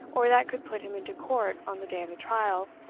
or that could put him into court on the day of the trial,